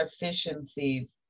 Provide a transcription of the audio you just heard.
efficiencies